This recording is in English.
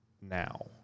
now